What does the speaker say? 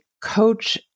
coach